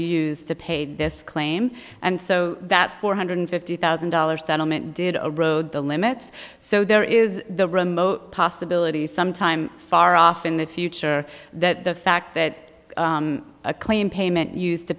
used to pay this claim and so that four hundred fifty thousand dollars settlement did road the limits so there is the remote possibility sometime far off in the future that the fact that a claim payment used to